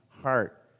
heart